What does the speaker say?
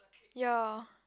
ya